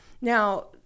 now